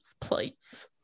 please